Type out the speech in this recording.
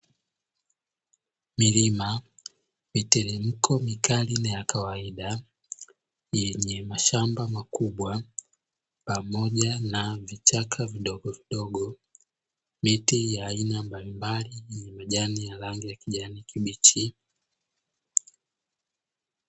Milima, miteremko mikali na ya kawaida, yenye mashamba makubwa pamoja na vichaka vidogovidogo, miti ya aina mbalimbali yenye majani ya rangi ya kijani kibichi.